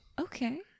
Okay